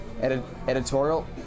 editorial